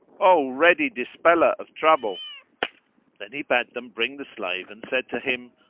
o ready dispeller of trouble then he bade them bring the slave and said to him,